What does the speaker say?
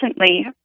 recently